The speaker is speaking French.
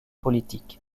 politiques